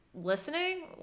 listening